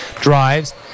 Drives